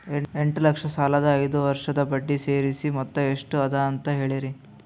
ಎಂಟ ಲಕ್ಷ ಸಾಲದ ಐದು ವರ್ಷದ ಬಡ್ಡಿ ಸೇರಿಸಿ ಮೊತ್ತ ಎಷ್ಟ ಅದ ಅಂತ ಹೇಳರಿ?